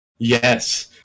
Yes